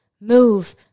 move